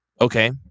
Okay